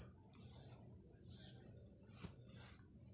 प्राकृतिक रेशों का प्रयोग रस्सियॉँ, कागज़, कपड़े आदि बनाने में किया जाता है